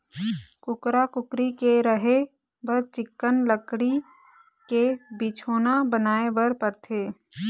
कुकरा, कुकरी के रहें बर चिक्कन लकड़ी के बिछौना बनाए बर परथे